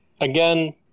again